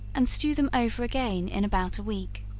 and stew them over again in about a week.